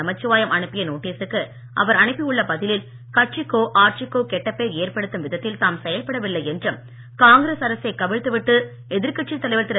நமச்சிவாயம் அனுப்பிய நோட்டீசுக்கு அவர் அனுப்பி உள்ள பதிலில் கட்சிக்கோ ஆட்சிக்கோ கெட்ட பெயர் ஏற்படுத்தும் விதத்தில் தாம் செயல்பட வில்லை என்றும் காங்கிரஸ் அரசை கவிழ்த்து விட்டு எதிர்கட்சித் தலைவர் திரு